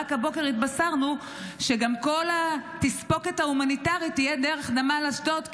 רק הבוקר התבשרנו שגם כל התספוקת ההומניטרית תהיה דרך נמל אשדוד,